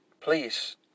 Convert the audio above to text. Please